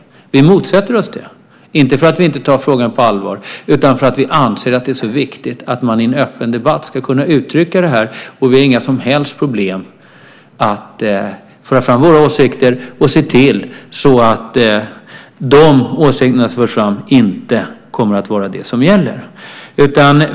Vi motsätter oss det, inte därför att vi inte tar frågan på allvar utan därför att vi anser att det är så viktigt att man i en öppen debatt ska kunna uttrycka det här. Vi har inga som helst problem att föra fram våra åsikter och se till så att de åsikter som jag nämnde som förs fram inte kommer att vara de som gäller.